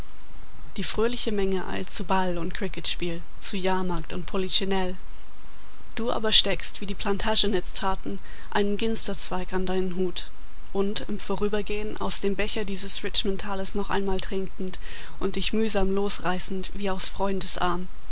die fröhliche menge eilt zu ball und kricketspiel zu jahrmarkt und polichinell du aber steckst wie die plantagenets taten einen ginsterzweig an deinen hut und im vorübergehen aus dem becher dieses richmond tales noch einmal trinkend und dich mühsam losreißend wie aus freundesarm